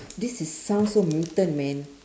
this is sound so mutant man